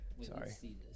sorry